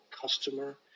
customer